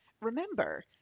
Remember